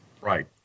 Right